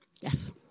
Yes